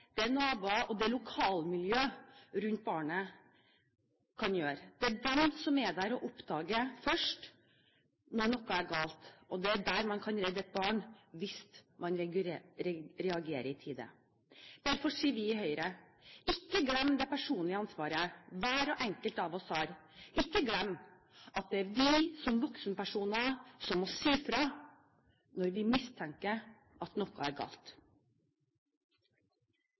erstatte nettverket, naboene og lokalmiljøet rundt barnet. Det er der det oppdages først når noe er galt, og det er der man kan redde et barn hvis man reagerer i tide. Derfor sier vi i Høyre: Ikke glem det personlige ansvaret hver enkelt av oss har. Ikke glem at det er vi som voksenpersoner som må si fra når vi har mistanke om at noe er galt.